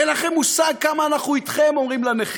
אין לכם מושג כמה אנחנו אתכם, אומרים לנכים,